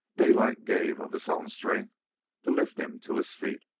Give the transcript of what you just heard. daylight gave of his own strength to lift him to his feet,